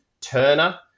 Turner